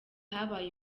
habaye